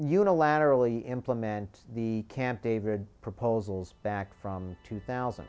unilaterally implement the camp david proposals back from two thousand